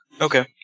Okay